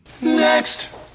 Next